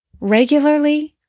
Regularly